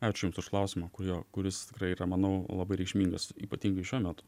ačiū jums už klausimą kurio kuris yra manau labai reikšmingas ypatingai šiuo metu